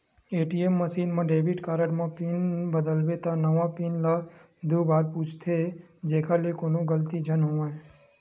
ATM machine म debit card म PIN बदलबे त नवा पिन ल दू बार पूछथे जेखर ले कोनो गलती झन होवय